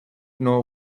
know